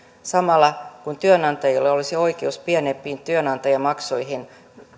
samalla kun työnantajilla olisi oikeus pienempiin työnantajamaksuihin